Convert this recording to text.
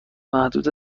محدود